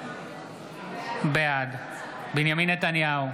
בעד בנימין נתניהו,